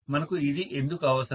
మనకు ఇది ఎందుకు అవసరం